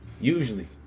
Usually